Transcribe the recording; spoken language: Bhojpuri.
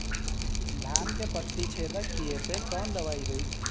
धान के पत्ती छेदक कियेपे कवन दवाई होई?